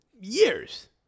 years